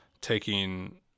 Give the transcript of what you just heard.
taking